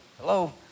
Hello